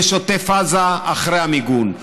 יש עוטף עזה אחרי המיגון.